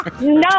No